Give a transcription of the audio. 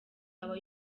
aba